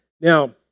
Now